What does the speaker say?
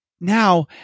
now